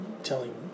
telling